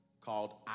called